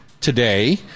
today